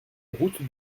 route